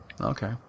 Okay